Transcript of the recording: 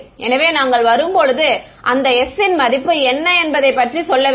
எனவே நாங்கள் வரும்போது அந்த s ன் மதிப்பு என்ன என்பதை பற்றி நாம் சொல்ல வேண்டும்